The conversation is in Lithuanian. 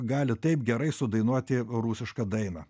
gali taip gerai sudainuoti rusišką dainą